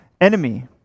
enemy